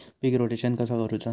पीक rotation कसा करूचा?